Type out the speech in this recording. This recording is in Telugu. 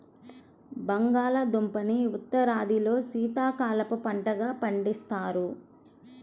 బంగాళాదుంపని ఉత్తరాదిలో శీతాకాలపు పంటగా పండిస్తారు